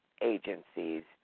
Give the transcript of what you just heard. agencies